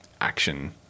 action